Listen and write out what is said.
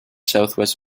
southwest